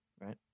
Right